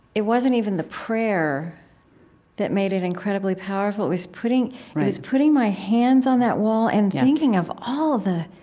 it wasn't even the prayer that made it incredibly powerful. it was putting it was putting my hands on that wall and thinking of all of the,